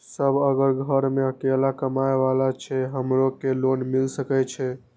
Sir अगर घर में अकेला कमबे वाला छे हमरो के लोन मिल सके छे?